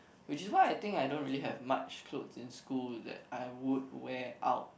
which is why I think I don't really have much clothes in school that I would wear out